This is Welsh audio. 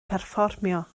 perfformio